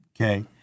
Okay